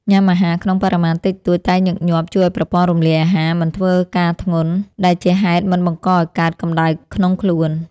ញ៉ាំអាហារក្នុងបរិមាណតិចតួចតែញឹកញាប់ជួយឱ្យប្រព័ន្ធរំលាយអាហារមិនធ្វើការធ្ងន់ដែលជាហេតុមិនបង្កឱ្យកើតកម្តៅក្នុងខ្លួន។